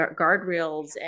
guardrails